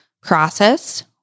process